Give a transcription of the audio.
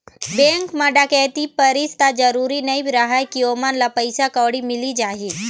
bank म डकैती परिस त जरूरी नइ रहय के ओमन ल पइसा कउड़ी मिली जाही